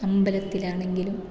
അമ്പലത്തിലാണെങ്കിലും